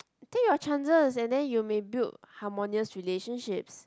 take your chances and then you may build harmonious relationships